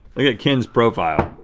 look at ken's profile.